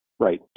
Right